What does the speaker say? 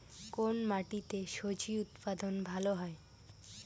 কোন মাটিতে স্বজি উৎপাদন ভালো হয়?